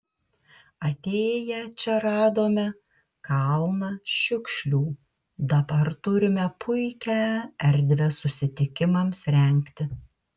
atėję čia radome kalną šiukšlių dabar turime puikią erdvę susitikimams rengti